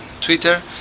Twitter